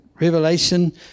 Revelation